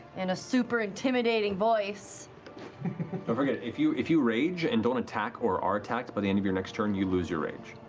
in a super intimidating voice. matt don't forget, if you if you rage and don't attack or are attacked by the end of your next turn, you lose your rage.